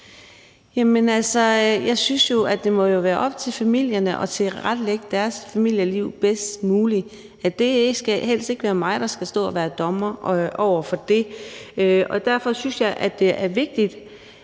Jeg synes jo, at det må være op til familierne at tilrettelægge deres familieliv bedst muligt. Det skal helst ikke være mig, der skal stå og gøre mig til dommer over det. Derfor synes jeg, at det er vigtigt,